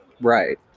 Right